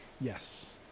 Yes